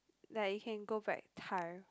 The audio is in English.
like you can go back time